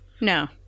no